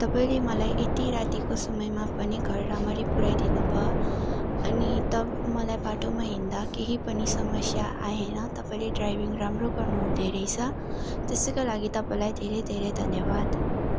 तपाईँले मलाई यति रातिको समयमा पनि घर रामरी पुराइदिनुभयो अनि त मलाई बाटोमा हिँड्दा केही पनि समस्या आएन तपाईँले ड्राइभिङ राम्रो गर्नु हुँदोरहेछ त्यसैको लागि तपाईँलाई धेरै धेरै धन्यवाद